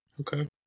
Okay